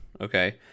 Okay